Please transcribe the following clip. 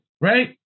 right